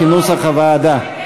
כנוסח הוועדה.